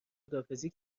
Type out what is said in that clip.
خداحافظی